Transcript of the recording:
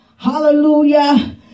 hallelujah